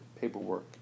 paperwork